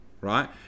right